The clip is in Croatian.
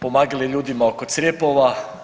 Pomagali ljudima oko crjepova.